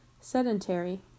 sedentary